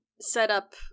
setup